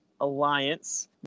Alliance